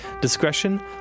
Discretion